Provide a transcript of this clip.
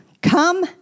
Come